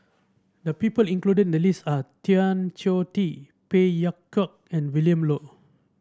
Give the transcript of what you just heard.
the people included in the list are Tan Choh Tee Phey Yew Kok and Willin Low